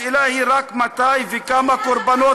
השאלה היא רק מתי וכמה קורבנות